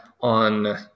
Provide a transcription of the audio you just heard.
on